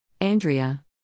Andrea